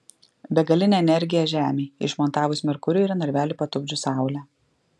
begalinė energija žemei išmontavus merkurijų ir į narvelį patupdžius saulę